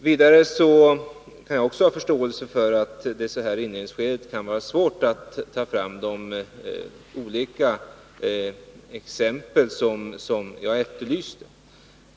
Vidare har jag förståelse för att det så här i inledningsskedet kan vara svårt att ta fram de olika exempel som jag efterlyste.